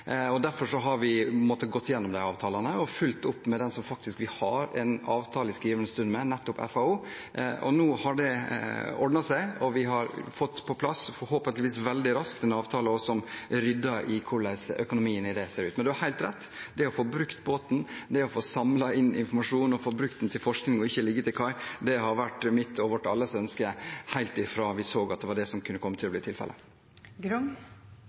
måttet gå igjennom avtalene og fulgt opp den avtalen vi i skrivende stund faktisk har med FAO. Nå har det ordnet seg, og vi får forhåpentligvis veldig raskt på plass en avtale som rydder i hvordan økonomien i det ser ut. Men representanten har helt rett. Det å få brukt båten, det å få samlet inn informasjon og få brukt den til forskning, at den ikke ligger til kai, har vært mitt og alles ønske helt fra vi så at det var det som kunne komme til å bli